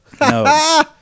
No